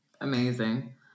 Amazing